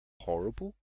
horrible